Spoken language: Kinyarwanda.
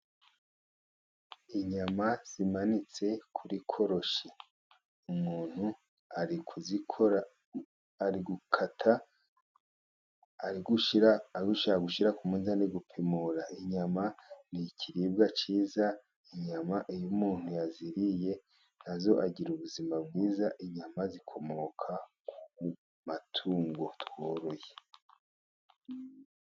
Inyama zimanitse kuri koroshi ,umuntu ari kuzikora, ari gukata, ari gushyira, ari gushaka gushyira ku munzani gupimura. Inyama ni ikiribwa cyiza, inyama iyo umuntu yaziriye na zo agira ubuzima bwiza, inyama zikomoka ku matungo tworoye.